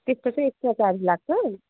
त्यसको चाहिँ extra charge लाग्छ